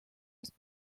his